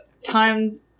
Time